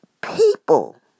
people